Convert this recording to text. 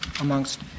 amongst